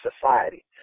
society